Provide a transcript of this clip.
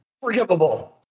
Forgivable